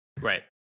Right